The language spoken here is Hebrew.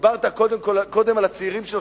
דיברת קודם על הצעירים שלך,